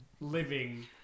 living